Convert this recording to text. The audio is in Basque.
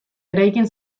eraikin